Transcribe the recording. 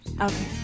Okay